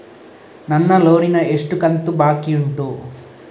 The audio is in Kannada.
ನನ್ನ ಲೋನಿನ ಎಷ್ಟು ಕಂತು ಬಾಕಿ ಉಂಟು?